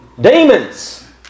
Demons